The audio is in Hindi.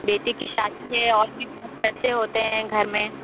बेटे की शादी में और भी बहुत खर्चे होते हैं घर में